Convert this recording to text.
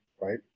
right